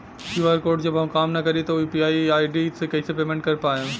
QR code जब काम ना करी त यू.पी.आई आई.डी से कइसे पेमेंट कर पाएम?